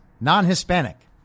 non-Hispanic